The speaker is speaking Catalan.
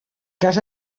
cas